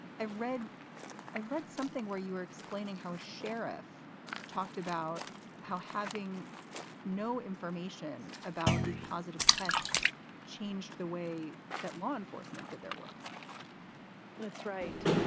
i read i read something where you were explaining how a sheriff talked about how having no information about these positive tests changed the way that law enforcement did their work that's right.